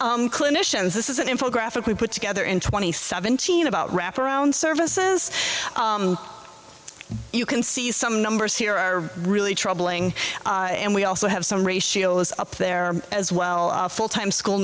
clinicians this is an infant graphically put together in twenty seventeen about wraparound services you can see some numbers here are really troubling and we also have some ratios up there as well full time school